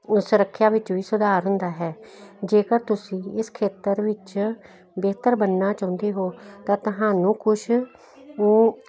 ਉਹ ਸੁਰੱਖਿਆ ਵਿੱਚ ਵੀ ਸੁਧਾਰ ਹੁੰਦਾ ਹੈ ਜੇਕਰ ਤੁਸੀਂ ਇਸ ਖੇਤਰ ਵਿੱਚ ਬਿਹਤਰ ਬਣਨਾ ਚਾਹੁੰਦੇ ਹੋ ਤਾਂ ਤੁਹਾਨੂੰ ਕੁਝ ਉਹ ਉਹ